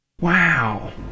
Wow